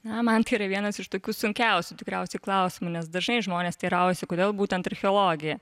na man tai yra vienas iš tokių sunkiausių tikriausiai klausimų nes dažnai žmonės teiraujasi kodėl būtent archeologija